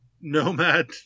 Nomad